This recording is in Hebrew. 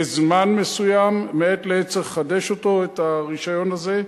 לזמן מסוים, מעת לעת צריך לחדש את הרשיון הזה,